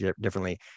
differently